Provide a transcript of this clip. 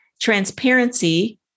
Transparency